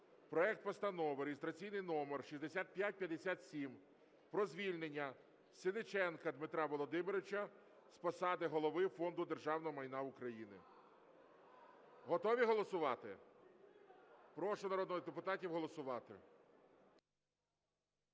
проект Постанови (реєстраційний номер 6557) про звільнення Сенниченка Дмитра Володимировича з посади Голови Фонду державного майна України. Готові голосувати? Прошу народних депутатів голосувати.